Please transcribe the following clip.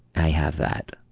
i have that.